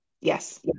Yes